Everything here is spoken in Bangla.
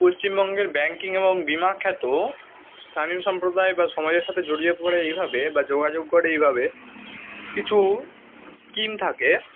পশ্চিমবঙ্গের ব্যাঙ্কিং এবং বিমা খ্যাত স্থানীয় সম্প্রদায় বা সমাজের সাতে জড়িয়ে পড়ে এভাবে বা যোগাযোগ করে এভাবে কিছু স্কিম থাকে